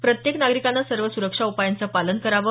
प्रत्येक नागरिकाने सर्व सुरक्षा उपायांचं पालन करावं